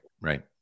right